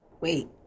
Wait